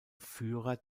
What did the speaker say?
führer